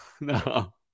No